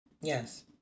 Yes